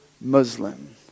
Muslim